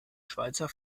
schweizer